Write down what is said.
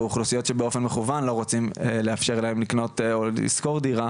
יש אוכלוסיות שבאופן מכוון לא רוצים לאפשר להן לקנות או לשכור דירה